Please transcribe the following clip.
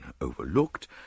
overlooked